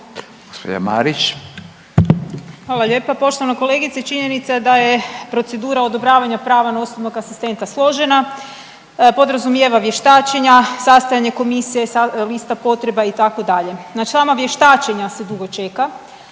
Hvala lijepa poštovana kolegice. Činjenica da je procedura odobravanja prava na osobnog asistenta složena. Podrazumijeva vještačenja, sastajanje komisije, lista potreba, itd. Na sama vještačenja se dugo čeka,